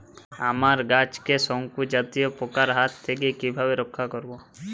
আমার গাছকে শঙ্কু জাতীয় পোকার হাত থেকে কিভাবে রক্ষা করব?